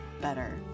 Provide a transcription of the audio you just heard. better